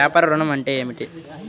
వ్యాపార ఋణం అంటే ఏమిటి?